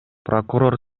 прокурор